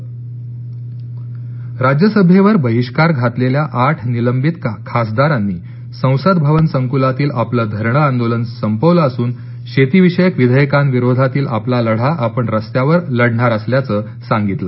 निलंवित राज्यसभेवर बहिष्कार घातलेल्या आठ निलंबित खासदारांनी संसद भवन संकूलातील आपलं धरणे आंदोलन संपवलं असून आणि शेतीविषयक विधेयकां विरोधातील आपला लढा आपण रस्त्यावर लढणार असल्याचं त्यांनी सांगितले